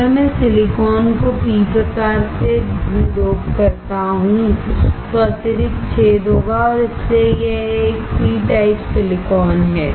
अगर मैं सिलिकॉन को पी प्रकार से डोप करता हूं तो अतिरिक्त छेद होगा और इसीलिए यह एक पी टाइप सिलिकॉन है